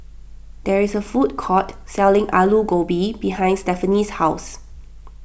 there is a food court selling Aloo Gobi behind Stephanie's house